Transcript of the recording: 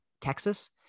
Texas